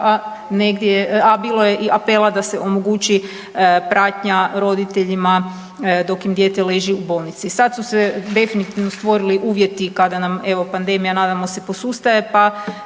a bilo je i apela da se omogući pratnja roditeljima dok im dijete leži u bolnice. I sada su se definitivno stvorili uvjeti kada nam evo pandmeija nadam se posustaje